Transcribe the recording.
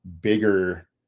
bigger